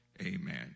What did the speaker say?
Amen